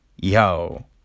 Yo